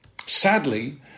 Sadly